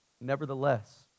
Nevertheless